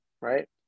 right